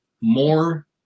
more